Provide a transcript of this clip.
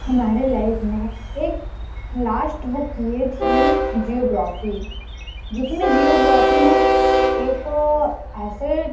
हमारे लाइफ में एक लास्ट बुक यह थी ज्योग्राॅफी जो कि मैं ज्योग्राॅफी में एक ऐसी